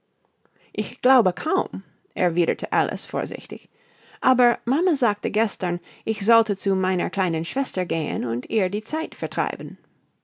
ich glaube kaum erwiederte alice vorsichtig aber mama sagte gestern ich sollte zu meiner kleinen schwester gehen und ihr die zeit vertreiben